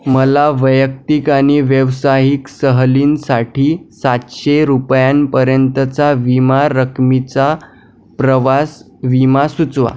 मला वैयक्तिक आणि व्यावसायिक सहलींसाठी सातशे रुपयांपर्यंतचा विमा रकमेचा प्रवास विमा सुचवा